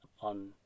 on